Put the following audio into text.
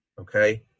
Okay